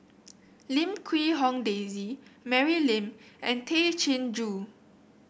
Lim Quee Hong Daisy Mary Lim and Tay Chin Joo